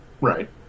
Right